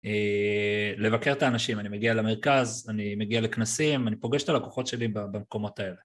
לבקר את האנשים, אני מגיע למרכז, אני מגיע לכנסים, אני פוגש את הלקוחות שלי במקומות האלה.